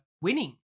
winning